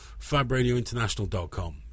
fabradiointernational.com